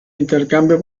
intercambio